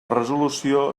resolució